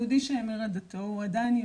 יהודי שהמיר את דתו הוא עדיין יהודי.